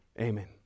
Amen